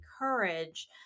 encourage